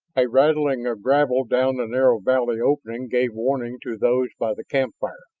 a rattling of gravel down the narrow valley opening gave warning to those by the campfire.